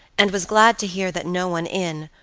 and was glad to hear that no one in,